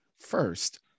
first